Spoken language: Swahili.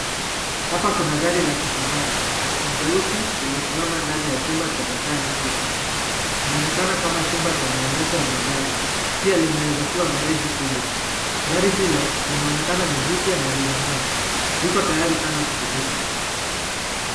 Hapa kuna gari la kifahari ni jeusi kimesimama ndani ya jumba chenye taa nyingi sana. Inaonekana kama chumba ya maonyesho ya magari pia linaweza kua garagi kubwa, gari hilo linaonekana ni jipya na linangaa liko tayari sana kutumika.